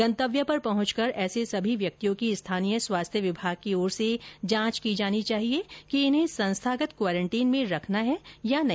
गंतव्य पर पहुंचकर ऐसे सभी व्यक्तियों की स्थानीय स्वास्थ्य विभाग की ओर से जांच की जानी चाहिए कि इन्हें संस्थागत क्वारंटीन में रखना है या नहीं